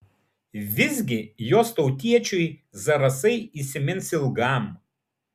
visgi jos tautiečiui zarasai įsimins ilgam